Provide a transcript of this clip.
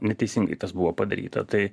neteisingai tas buvo padaryta tai